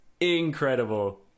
incredible